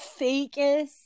fakest